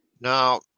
Now